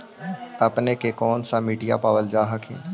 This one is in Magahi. अपने के कौन सा मिट्टीया पाबल जा हखिन?